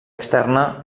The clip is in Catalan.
externa